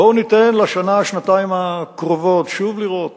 בואו ניתן לשנה-שנתיים הקרובות שוב לראות